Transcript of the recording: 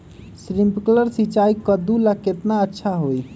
Sprinkler सिंचाई कददु ला केतना अच्छा होई?